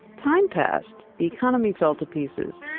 time passed, the economy fell to pieces,